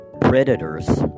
predators